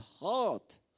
heart